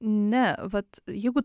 ne vat jegu